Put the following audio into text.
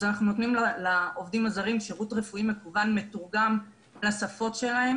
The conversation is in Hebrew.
אז אנחנו נותנים לעובדים הזרים שירות רפואי מקוון מתורגם לשפות שלהם